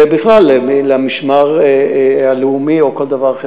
ובכלל למשמר הלאומי או כל דבר אחר.